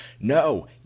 no